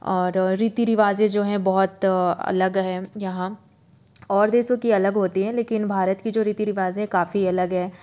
और रीति रिवाजें जो हैं बहुत अलग है यहाँ और देशों की अलग होती है लेकिन भारत की जो रीति रिवाज है काफ़ी अलग है